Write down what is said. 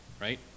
right